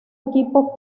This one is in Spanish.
equipo